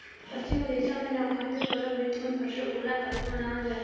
पश्चिम ओडिसा में नवाखाई के परब भी निमन फसल उगला खातिर मनावल जाला